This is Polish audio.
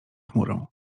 chmurą